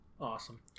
Awesome